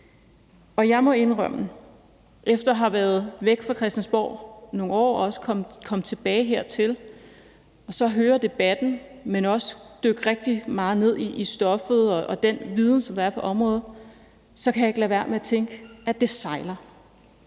Jeg må indrømme, at efter at have været væk fra Christiansborg nogle år og være kommet tilbage hertil og så høre debatten, men også dykke rigtig meget ned i stoffet og den viden, som der er på området, kan jeg ikke lade være med at tænke, at det sejler.